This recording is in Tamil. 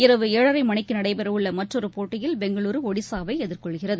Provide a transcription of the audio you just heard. இரவு ஏழரை மணிக்கு நடைபெறவுள்ள மற்றொரு போட்டியில் பெங்களுரு ஒடிசாவை எதிர்கொள்கிறது